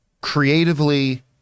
creatively